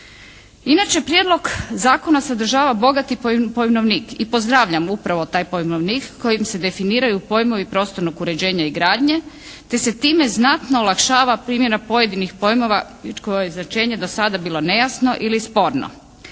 Inače prijedlog zakona sadržava bogati pojmovnik. I pozdravljam upravo taj pojmovnik kojim se definiraju pojmovi prostornog uređenja i gradnje, te se time znatno olakšava primjena pojedinih pojmova …/Govornik se ne razumije./… značenje do sada bilo nejasno ili sporno.